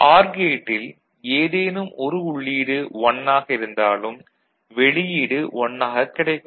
R கேட்டில் ஏதேனும் ஒரு உள்ளீடு 1 ஆக இருந்தாலும் வெளியீடு 1 ஆகக் கிடைக்கும்